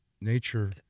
nature